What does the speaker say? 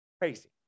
Crazy